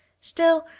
still,